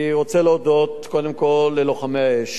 שנמצאים בחזית היומיומית.